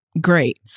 great